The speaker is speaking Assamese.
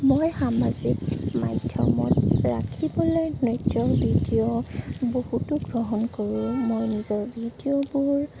মই সামাজিক মাধ্যমত ৰাখিবলৈ নৃত্যৰ ভিডিঅ' বহুতো গ্ৰহণ কৰোঁ মই নিজৰ ভিডিঅ'বোৰ